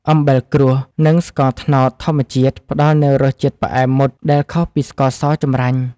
អំបិលគ្រួស និងស្ករត្នោតធម្មជាតិផ្ដល់នូវរសជាតិផ្អែមមុតដែលខុសពីស្ករសចម្រាញ់។